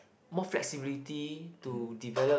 more flexibility to develop